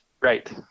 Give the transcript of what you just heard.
Right